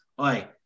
Oi